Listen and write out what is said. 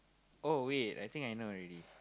oh wait I think I know already